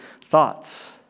thoughts